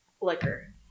liquor